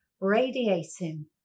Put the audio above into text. radiating